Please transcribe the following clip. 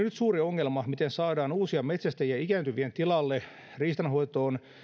nyt suuri ongelma miten saadaan uusia metsästäjiä ikääntyvien tilalle riistanhoitoon